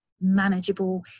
manageable